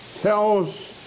tells